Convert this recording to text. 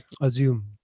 Assume